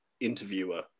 interviewer